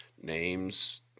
names